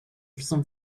some